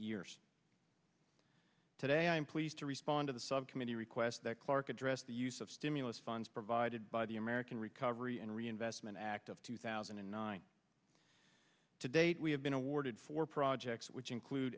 years today i'm pleased to respond to the subcommittee requests that clark addressed the use of stimulus funds provided by the american recovery and reinvestment act of two thousand and nine to date we have been awarded for projects which include